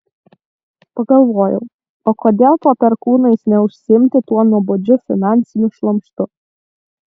pagalvojau o kodėl po perkūnais neužsiimti tuo nuobodžiu finansiniu šlamštu